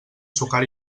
sucar